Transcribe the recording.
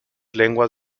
lenguas